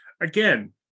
again